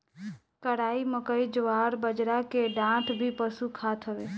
कराई, मकई, जवार, बजरा के डांठ भी पशु खात हवे